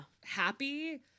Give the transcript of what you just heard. happy